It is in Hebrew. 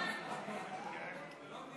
אני כאן.